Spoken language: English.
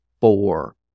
four